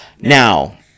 Now